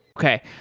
okay.